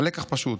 הלקח פשוט,